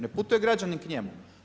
Ne putuje građanin k njemu.